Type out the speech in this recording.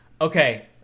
Okay